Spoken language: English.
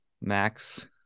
max